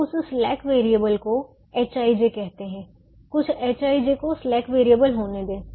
अब उस slack variable को hij कहते हैं कुछ hij को स्लैक वेरिएबल होने दें